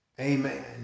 amen